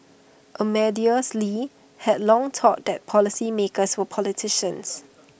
Amadeus lee had long thought that policymakers were politicians